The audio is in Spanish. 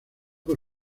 por